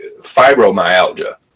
fibromyalgia